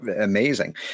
amazing